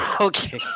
Okay